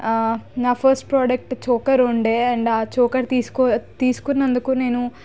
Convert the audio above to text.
నా first product choker ఉండే and choker తీసుకు తీసుకున్నందుకు నేను